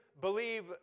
believe